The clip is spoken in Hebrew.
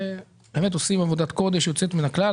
באמת עושה עבודת קודש יוצאת מן הכלל.